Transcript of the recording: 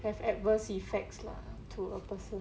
have adverse effects lah to a person